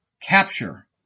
Capture